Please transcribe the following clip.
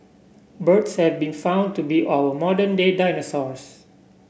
birds have been found to be our modern day dinosaurs